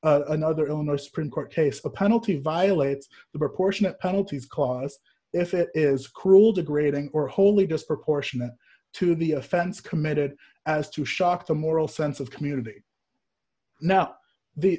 start another illinois supreme court case a penalty violates the proportionate penalties clause if it is cruel degrading or wholly disproportionate to the offense committed as to shock the moral sense of community now the